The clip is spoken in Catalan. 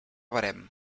barem